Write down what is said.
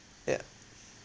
yeah